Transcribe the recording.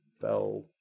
Bell